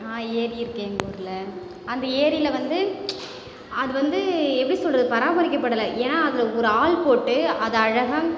ஆ ஏரி இருக்குது எங்கள் ஊரில் அந்த ஏரியில் வந்து அது வந்து எப்படி சொல்வது பராமரிக்கப்படலை ஏனால் அதில் ஒரு ஆள் போட்டு அதை அழகாக